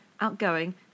outgoing